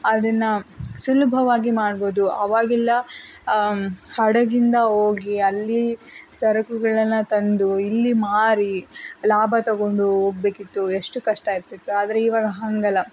ಅದನ್ನು ಸುಲಭವಾಗಿ ಮಾಡ್ಬೋದು ಅವಾಗೆಲ್ಲ ಹಡಗಿಂದ ಹೋಗಿ ಅಲ್ಲಿ ಸರಕುಗಳನ್ನು ತಂದು ಇಲ್ಲಿ ಮಾರಿ ಲಾಭ ತಗೊಂಡು ಹೋಗ್ಬೇಕಿತ್ತು ಎಷ್ಟು ಕಷ್ಟ ಇರುತಿತ್ತು ಆದರೆ ಇವಾಗ ಹಾಗಲ್ಲ